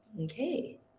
Okay